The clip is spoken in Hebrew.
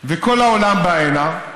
וכל העולם בא הנה,